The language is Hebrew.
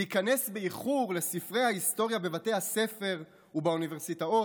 להיכנס באיחור לספרי ההיסטוריה בבתי הספר ובאוניברסיטאות,